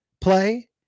play